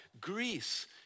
Greece